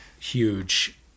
huge